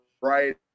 Right